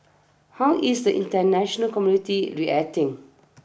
how is the international community reacting